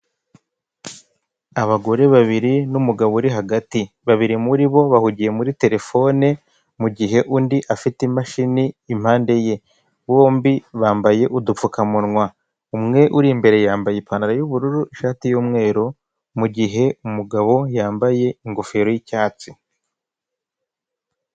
Abagore babiri n'umugabo uri hagati, babiri muri bo bahugiye muri terefone, mugihe undi afite imashini impande ye, bombi bambaye udupfukamunwa, umwe uri imbere yambaye ipantaro y'ubururu ishati y'umweru, mu gihe umugabo yambaye ingofero y'icyatsi.